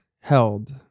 held